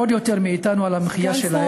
לשלם עוד יותר מאתנו על המחיה שלהם,